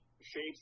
shapes